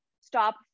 stop